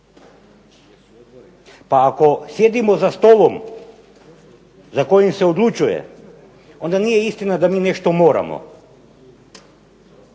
Pa ako sjedimo za stolom za kojim se odlučuje onda nije istina da mi nešto moramo.